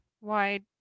wide